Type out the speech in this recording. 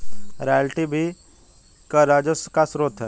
royalty भी कर राजस्व का स्रोत है